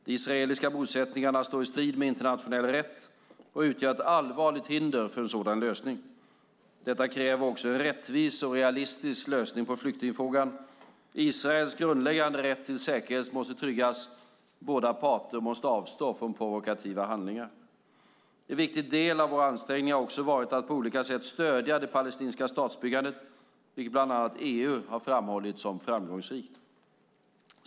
De israeliska bosättningarna står i strid med internationell rätt och utgör ett allvarligt hinder för en sådan lösning. Detta kräver också en rättvis och realistisk lösning på flyktingfrågan. Israels grundläggande rätt till säkerhet måste tryggas. Båda parter måste avstå från provokativa handlingar. En viktig del av våra ansträngningar har också varit att på olika sätt stödja det palestinska statsbyggandet, vilket bland annat EU har framhållit som framgångsrikt.